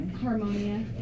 Harmonia